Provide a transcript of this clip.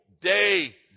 day